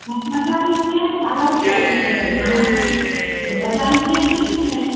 बाज़ारि ईंदी आहियां न छा लाइ करी मां बाज़ारि ईंदी आहियां खणी ईंदीमाव